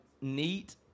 neat